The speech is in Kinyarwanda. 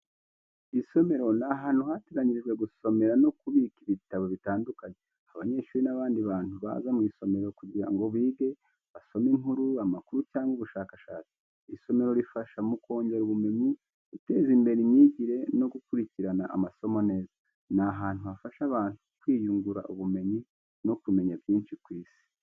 Isomero ni ahantu hateganyirijwe gusomera no kubika ibitabo bitandukanye. Abanyeshuri n’abandi bantu baza mu isomero kugira ngo bige, basome inkuru, amakuru cyangwa ubushakashatsi. Isomero rifasha mu kongera ubumenyi, guteza imbere imyigire no gukurikirana amasomo neza. Ni ahantu hafasha abantu kwiyungura ubumenyi no kumenya byinshi ku isi.